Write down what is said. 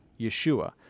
Yeshua